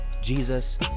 Jesus